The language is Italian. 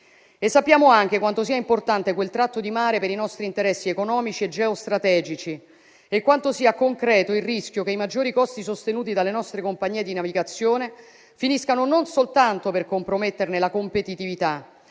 Sappiamo anche quanto sia importante quel tratto di mare per i nostri interessi economici e geostrategici e quanto sia concreto il rischio che i maggiori costi sostenuti dalle nostre compagnie di navigazione finiscano non soltanto per comprometterne la competitività,